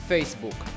Facebook